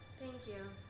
thank you.